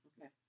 Okay